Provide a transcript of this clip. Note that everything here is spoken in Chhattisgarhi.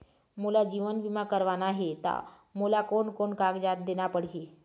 मोला जीवन बीमा करवाना हे ता मोला कोन कोन कागजात देना पड़ही?